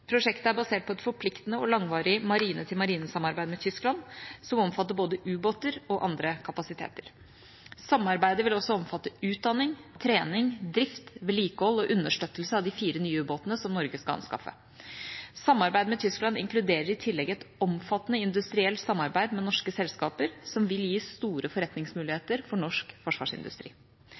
Prosjektet er basert på et forpliktende og langvarig marine-til-marine-samarbeid med Tyskland, som omfatter både ubåter og andre kapasiteter. Samarbeidet vil også omfatte utdanning, trening, drift, vedlikehold og understøttelse av de fire nye ubåtene som Norge skal anskaffe. Samarbeidet med Tyskland inkluderer i tillegg et omfattende industrielt samarbeid med norske selskaper, som vil gi store forretningsmuligheter for norsk forsvarsindustri.